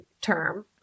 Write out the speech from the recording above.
term